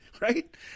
right